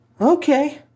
Okay